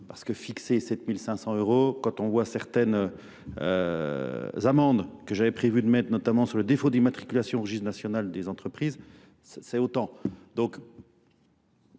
parce que fixer 7 500 euros, quand on voit certaines amendes que j'avais prévu de mettre, notamment sur le défaut des matriculations en registre national des entreprises, c'est autant. Je